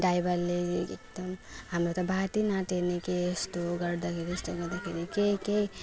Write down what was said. ड्राइभरले एकदम हाम्रो त बात न टेर्ने के यस्तो गर्दा त्यस्तो गर्दाखेरि के के